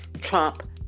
Trump